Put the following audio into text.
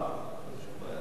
אדוני, להחלטתך.